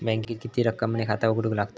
बँकेत किती रक्कम ने खाता उघडूक लागता?